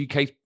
UK